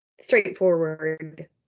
Straightforward